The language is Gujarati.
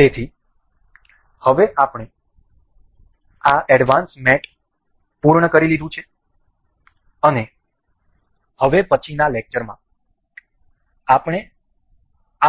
તેથી હવે આપણે આ એડવાન્સ મેટ પૂર્ણ કરી લીધા છે અને હવે પછીના લેક્ચરમાં આપણે